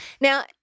Now